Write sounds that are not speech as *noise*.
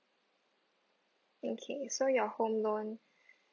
okay so your home loan *breath*